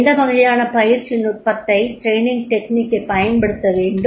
எந்த வகையான பயிற்சி நுட்பத்தைப் பயன்படுத்த வேண்டும்